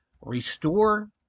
restore